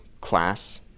class